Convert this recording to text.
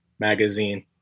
Magazine